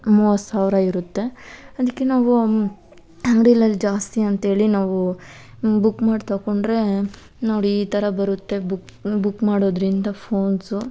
ಮೂವತ್ತು ಸಾವಿರ ಇರುತ್ತೆ ಅದಕ್ಕೆ ನಾವು ಅಂಗ್ಡಿನಲ್ಲಿ ಜಾಸ್ತಿ ಅಂತೇಳಿ ನಾವು ಬುಕ್ ಮಾಡಿ ತೊಕೊಂಡ್ರೆ ನೋಡಿ ಈ ಥರ ಬರುತ್ತೆ ಬುಕ್ ಬುಕ್ ಮಾಡೋದ್ರಿಂದ ಫೋನ್ಸು